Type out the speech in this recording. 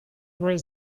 gray